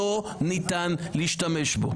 לא ניתן להשתמש בו.